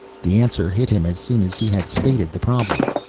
the answer hit him as soon as he had stated the problem.